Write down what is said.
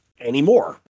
anymore